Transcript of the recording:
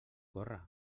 córrer